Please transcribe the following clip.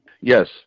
yes